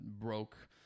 broke